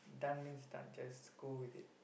done means done just go with it